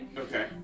Okay